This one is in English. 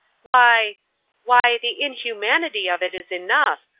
why why, the inhumanity of it is enough,